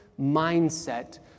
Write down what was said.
mindset